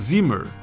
Zimmer